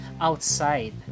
outside